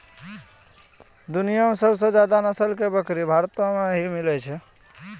दुनिया मॅ सबसे ज्यादा नस्ल के बकरी भारत मॅ ही मिलै छै